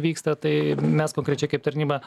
vyksta tai mes konkrečiai kaip tarnyba